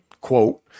quote